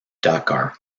dakar